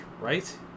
Right